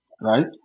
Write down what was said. Right